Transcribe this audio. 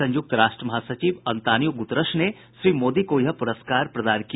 संयुक्त राष्ट्र महासचिव अंतोनियो गुतरश ने श्री मोदी को यह प्रस्कार प्रदान किया